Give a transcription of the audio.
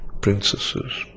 princesses